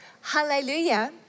Hallelujah